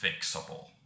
fixable